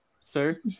Sir